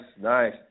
nice